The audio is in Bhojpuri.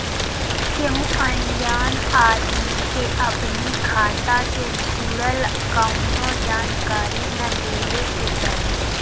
केहू अनजान आदमी के अपनी खाता से जुड़ल कवनो जानकारी ना देवे के चाही